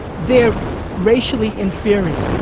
they're racially inferior.